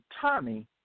Tommy